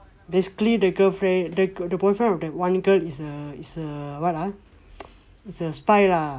basically the girlfriend eh the boyfriend that one girl is a is a what ah is a spy lah